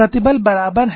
प्रतिबल बराबर हैं